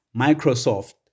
Microsoft